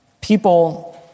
people